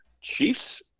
Chiefs